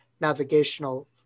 navigational